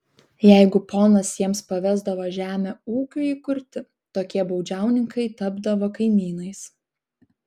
jeigu ponas jiems pavesdavo žemę ūkiui įkurti tokie baudžiauninkai tapdavo kaimynais